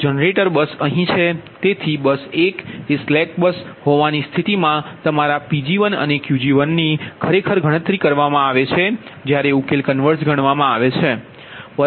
તો generator bus અહીં છે તેથી બસ 1 એ એક સ્લેક બસ હોવાની સ્થિતિમાં તમારા Pg1 અને Qg1ની ખરેખર ગણતરી કરવામા આવે છે જ્યારે ઉકેલ કન્વર્ઝ ગણવામાં આવે છે